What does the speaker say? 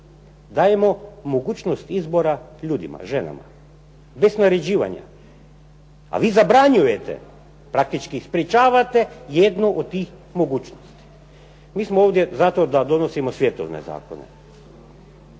Dajemo mogućnost izbora ljudima, ženama, bez naređivanja. A vi zabranjujete, praktički i sprječavate jednu od tih mogućnosti. Mi smo ovdje da donosimo svjetovne zakone.